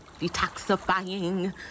detoxifying